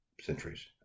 centuries